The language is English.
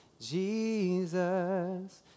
Jesus